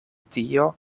tio